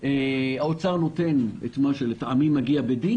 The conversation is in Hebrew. האוצר נותן את מה שלדעתי מגיע בדין